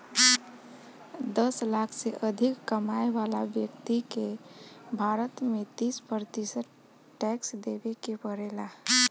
दस लाख से अधिक कमाए वाला ब्यक्ति के भारत में तीस प्रतिशत टैक्स देवे के पड़ेला